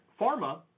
Pharma